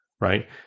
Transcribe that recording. right